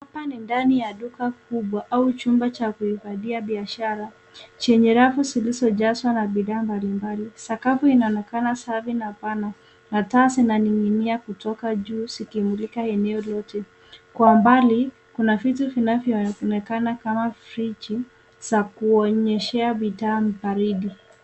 Hapa ni ndani ya duka kubwa au chumba cha kuhifadhia biashara chenye rafu zilizojazwa na bidhaa mbalimbali. Sakafu inaonekana safi na pana na taa zinaning'inia kutoka juu zikimulika eneo lote kwa mbali. Kuna vitu vinavyoonekana kama friji za kuonyeshea bidhaa baridi.